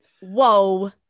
Whoa